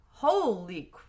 holy